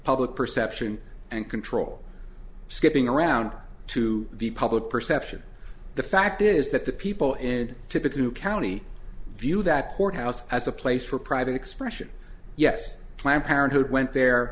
public perception and control skipping around to the public perception the fact is that the people in typical new county view that courthouse as a place for private expression yes planned parenthood went there